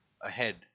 ahead